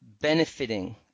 benefiting